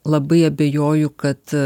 labai abejoju kad